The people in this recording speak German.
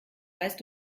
weißt